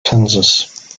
kansas